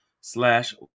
slash